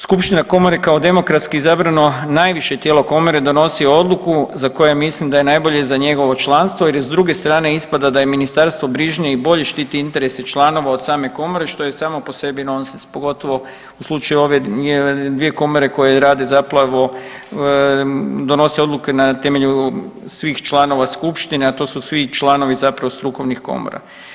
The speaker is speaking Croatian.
Skupština komore kao demokratski izabrano najviše tijelo komore donosi odluku za koje mislim da je najbolje za njegovo članstvo jer je, s druge ispada da je Ministarstvo brižnije i bolje štiti interese članova od same komore, što je samo po sebi nonsens, pogotovo u slučaju ove dvije komore koje rade zapravo, donose odluke na temelju svih članova Skupštine, a to su svi članovi zapravo strukovnih komora.